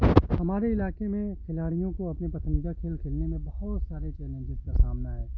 ہمارے علاقے میں کھلاڑیوں کو اپنے پسندیدہ کھیل کھیلنے میں بہت سارے چیلنجز کا سامنا ہے